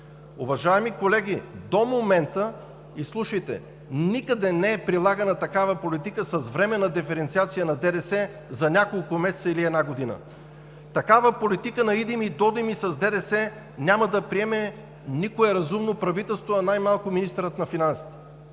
Уважаеми колеги, до момента – изслушайте – никъде не е прилагана такава политика с временна диференциация на ДДС за няколко месеца или една година. Такава политика на иди ми-дойди ми с ДДС няма да приеме никое разумно правителство, а най-малко министърът на финансите,